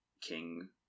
King